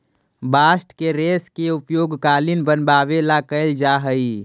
bast के रेश के उपयोग कालीन बनवावे ला कैल जा हई